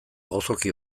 gozoki